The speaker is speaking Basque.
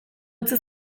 utzi